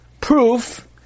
proof